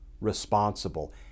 responsible